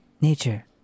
nature